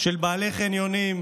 של בעלי חניונים,